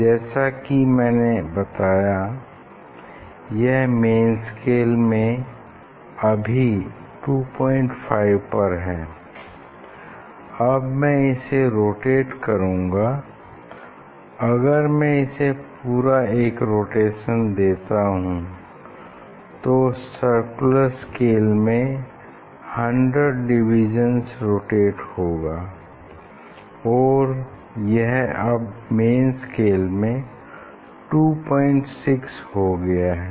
जैसा कि मैंने बताया यह मेन स्केल में अभी 25 पर है अब मैं इसे रोटेट करूँगा अगर मैं इसे पूरा एक रोटेशन देता हूँ तो सर्कुलर स्केल में 100 डिवीजन्स रोटेट होगा और यह अब मेन स्केल में 26 हो गया है